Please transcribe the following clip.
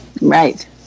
Right